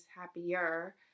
happier